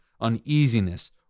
uneasiness